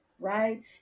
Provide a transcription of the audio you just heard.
Right